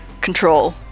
control